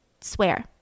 swear